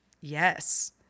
yes